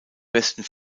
besten